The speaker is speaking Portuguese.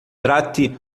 trate